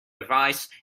advice